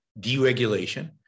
deregulation